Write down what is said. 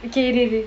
okay இரு இரு:iru iru